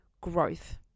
growth